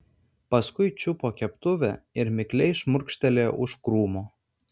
paskui čiupo keptuvę ir mikliai šmurkštelėjo už krūmo